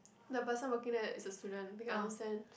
the person working there it's a student they can understand